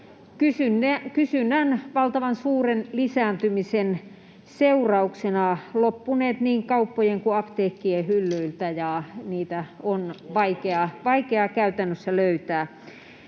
kysynnän valtavan suuren lisääntymisen seurauksena loppuneet niin kauppojen kuin apteekkien hyllyiltä ja niitä on vaikeaa käytännössä löytää.